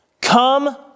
Come